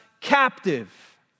captive